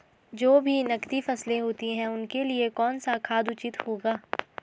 जो भी नकदी फसलें होती हैं उनके लिए कौन सा खाद उचित होगा?